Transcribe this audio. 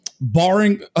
barring